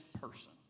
person